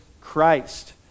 Christ